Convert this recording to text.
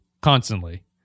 constantly